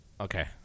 Okay